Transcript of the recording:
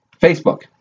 Facebook